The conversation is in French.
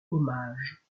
hommage